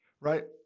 right